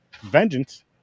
Vengeance